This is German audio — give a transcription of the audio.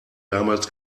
damals